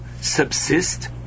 subsist